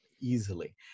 easily